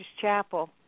Chapel